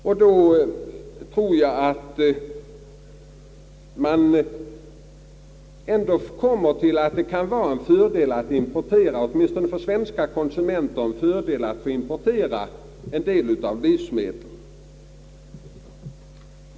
Gör vi det så tror jag att man ändå kommer till resultatet att det åtminstone för svenska konsumenter kan vara en fördel att man importerar vissa kvantiteter livsmedel.